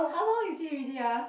how long is it already ah